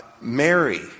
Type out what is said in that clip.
mary